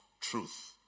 truth